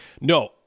No